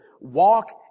Walk